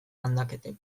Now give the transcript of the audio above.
landaketek